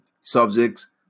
subjects